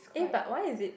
eh but why is it